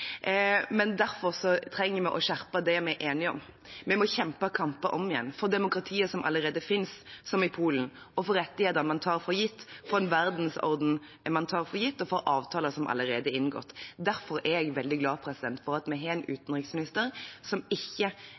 Men derfor trenger vi å skjerpe det vi er enige om. Vi må kjempe kamper om igjen: for demokratier som allerede finnes, som i Polen, for rettigheter man tar for gitt, for en verdensorden man tar for gitt, og for avtaler som allerede er inngått. Derfor er jeg veldig glad for at vi har en utenriksminister som ikke